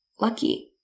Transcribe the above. lucky